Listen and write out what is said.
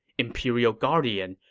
imperial guardian,